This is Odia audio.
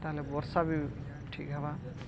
ତାହେଲେ ବର୍ଷା ବି ଠିକ୍ ହେବା